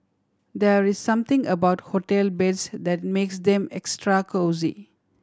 there is something about hotel beds that makes them extra cosy